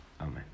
Amen